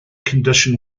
condition